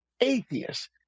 atheists